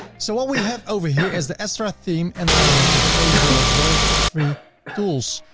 so what we have over here is the astra theme and elementor page builder both free tools.